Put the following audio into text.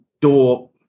door